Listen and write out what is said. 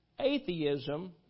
atheism